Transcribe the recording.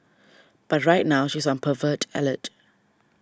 but right now she is on pervert alert